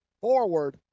forward